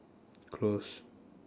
close